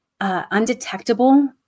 undetectable